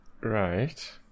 Right